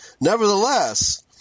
Nevertheless